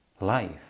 life